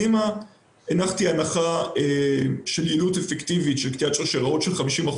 והנחתי הנחה של יעילות אפקטיביות של קטיעת שרשראות של 50%,